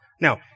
Now